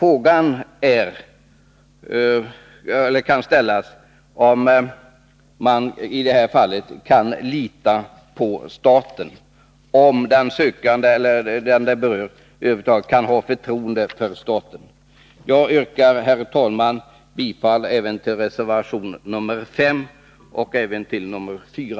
Man kan ställa frågan om den sökande eller den som berörs kan lita på eller ha förtroende för staten. Jag yrkar, herr talman, bifall även till reservationerna 5 och 4.